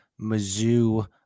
Mizzou